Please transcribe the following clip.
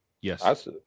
Yes